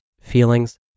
feelings